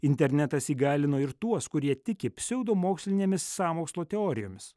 internetas įgalino ir tuos kurie tiki pseudomokslinėmis sąmokslo teorijomis